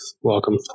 Welcome